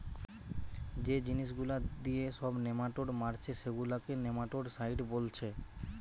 যে জিনিস গুলা দিয়ে সব নেমাটোড মারছে সেগুলাকে নেমাটোডসাইড বোলছে